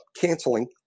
canceling